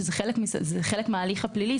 וזה חלק מההליך הפלילי.